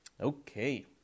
Okay